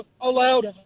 allowed